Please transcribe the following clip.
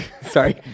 Sorry